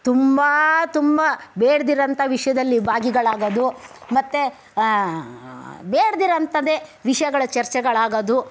ತುಂಬ ತುಂಬ ಬೇಡದಿರೋವಂಥ ವಿಷಯದಲ್ಲಿ ಭಾಗಿಗಳಾಗೋದು ಮತ್ತೆ ಬೇಡದಿರೋವಂಥದ್ದೇ ವಿಷಯಗಳ ಚರ್ಚೆಗಳಾಗೋದು